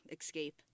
escape